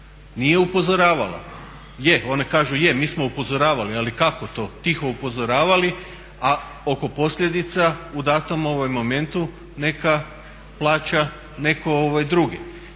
nije upozoravala. Je, oni kažu je mi smo upozoravali, ali kako to, tiho upozoravali a oko posljedica u datom momentu neka plaća netko drugi.